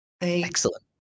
Excellent